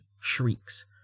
shrieks